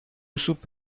سوپ